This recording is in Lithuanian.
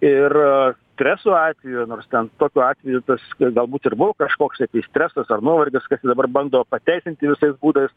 ir streso atveju nors ten tokiu atveju tas galbūt ir buvo kažkoksai tai stresas ar nuovargis kas čia dabar bando pateisinti visais būdais